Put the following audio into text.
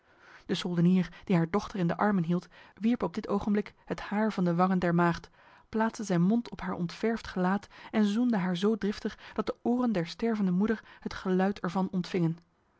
de soldenier die haar dochter in de armen hield wierp op dit ogenblik het haar van de wangen der maagd plaatste zijn mond op haar ontverfd gelaat en zoende haar zo driftig dat de oren der stervende moeder het geluid ervan ontvingen